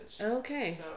Okay